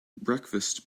breakfast